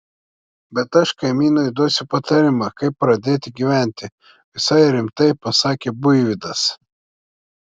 bet aš kaimynui duosiu patarimą kaip pradėti gyventi visai rimtai pasakė buivydas